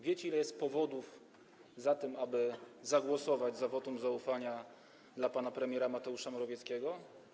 Wiecie, ile jest powodów do tego, aby zagłosować za wotum zaufania dla pana premiera Mateusza Morawieckiego?